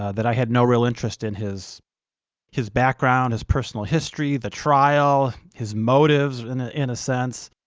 that i had no real interest in his his background, his personal history, the trial, his motives in ah in a sense.